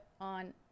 on